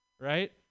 right